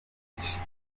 birahagije